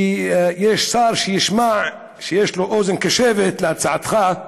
שיש שר שישמע, שיש לו אוזן קשבת להצעתך,